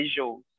Visuals